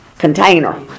container